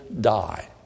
die